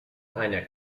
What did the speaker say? einer